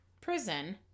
prison